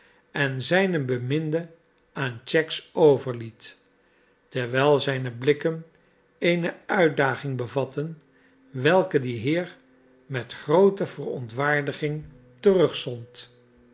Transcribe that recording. en zijne beminde aan cheggs overliet terwijl zijne blikken eene uitdaging bevatten welke die heer met groote verontwaardiging terugzond